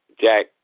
Jack